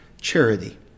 charity